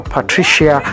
Patricia